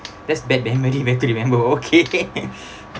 that's bad memory remember okay